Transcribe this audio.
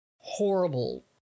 horrible